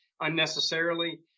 unnecessarily